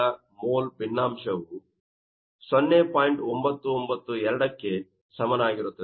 992 ಕ್ಕೆ ಸಮನಾಗಿರುತ್ತದೆ